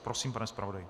Prosím, pane zpravodaji.